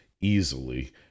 Easily